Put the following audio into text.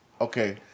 okay